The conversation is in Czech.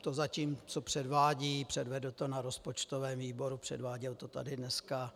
To zatím, co předvádí, předvedl to na rozpočtovém výboru, předváděl to tady dneska.